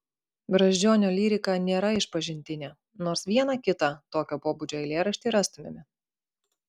brazdžionio lyrika nėra išpažintinė nors vieną kitą tokio pobūdžio eilėraštį rastumėme